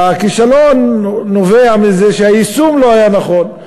הכישלון נובע מזה שהיישום לא היה נכון.